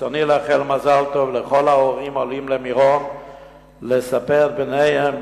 ברצוני לאחל מזל טוב לכל ההורים העולים למירון לספר את בניהם